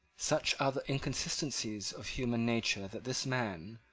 such are the inconsistencies of human nature that this man,